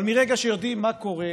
אבל מרגע שיודעים מה קורה,